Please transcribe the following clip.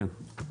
נכון, כן.